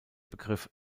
begriff